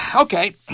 Okay